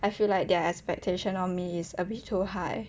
I feel like their expectation of me is a bit too high